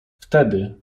wtedy